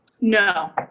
No